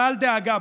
אל דאגה,